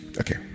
okay